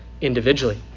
individually